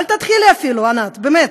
אל תתחילי אפילו, ענת, באמת.